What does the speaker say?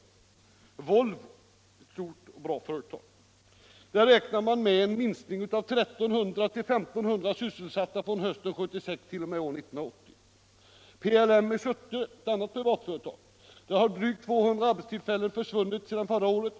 Inom Volvo — ett stort och bra företag — räknar man med en minskning på 1300-1 500 sysselsatta från hösten 1976 t.o.m. 1980. Inom PLM i Surte — ett annat privat företag — har drygt 200 arbetstillfällen försvunnit sedan förra året.